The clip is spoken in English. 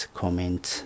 comment